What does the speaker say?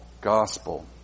gospel